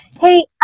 hey